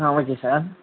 ah okay sir